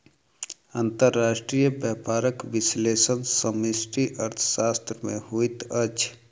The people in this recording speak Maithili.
अंतर्राष्ट्रीय व्यापारक विश्लेषण समष्टि अर्थशास्त्र में होइत अछि